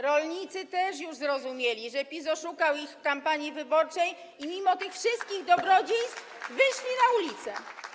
Rolnicy też już zrozumieli, że PiS oszukał ich w kampanii wyborczej i mimo tych wszystkich dobrodziejstw wyszli na ulicę.